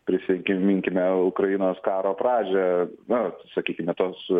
prisiminkime ukrainos karo pradžią nu sakykime tos